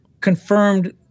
confirmed